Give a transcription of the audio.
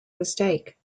mistake